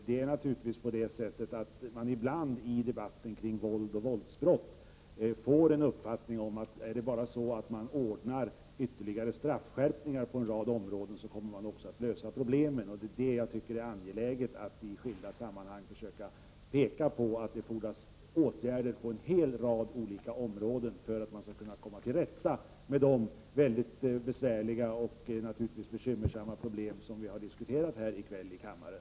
Det är naturligtvis på det sättet att man ibland i debatten om våld och våldsbrott kan få den uppfattningen, att om man bara ordnar ytterligare straffskärpningar på en rad områden, kommer man också att lösa problemen. Jag tycker det är angeläget att peka på att det fordras åtgärder på en hel rad olika områden för att man skall kunna komma till rätta med de mycket besvärliga och bekymmersamma problem som vi har diskuterat här i kväll i kammaren.